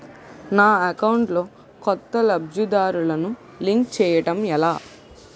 నా అకౌంట్ లో కొత్త లబ్ధిదారులను లింక్ చేయటం ఎలా?